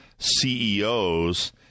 CEOs